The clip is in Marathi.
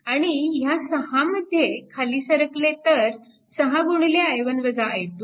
आणि ह्या 6 मध्ये खाली सरकले तर 6 VThevenin 0